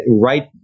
right